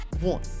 one